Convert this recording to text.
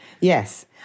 Yes